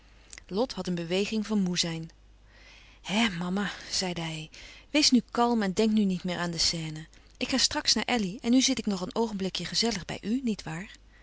lot had een beweging van moê zijn hè mama zeide hij wees nu kalm en denk niet meer aan de scène ik ga straks naar elly en nu zit ik nog een oogenblikje gezellig bij u niet waar